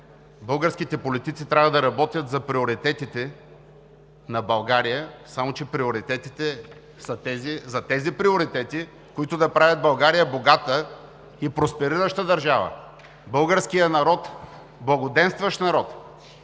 българските политици трябва да работят за приоритетите на България, само че за тези приоритети, които да правят България богата и просперираща държава, българския народ – благоденстващ народ.